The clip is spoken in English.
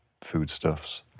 foodstuffs